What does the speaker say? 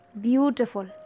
beautiful